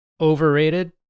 overrated